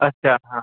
अच्छा हा